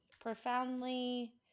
profoundly